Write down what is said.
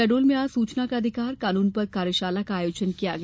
शहडोल में आज सूचना का अधिकार कानून पर कार्यशाला का आयोजन किया गया